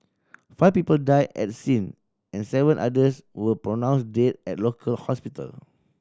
five people died at the scene and seven others were pronounced dead at local hospital